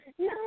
No